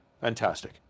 fantastic